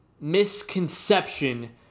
Misconception